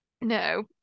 No